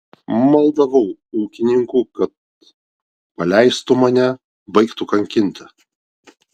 maldavau ūkininkų kad paleistų mane baigtų kankinti